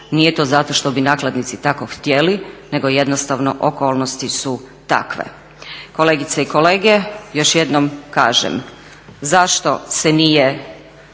Nije to zato što bi nakladnici tako htjeli, nego jednostavno okolnosti su takve. Kolegice i kolege, još jednom kažem. Zašto se nije